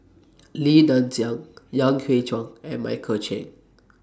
Li Nanxing Yan Hui Chang and Michael Chiang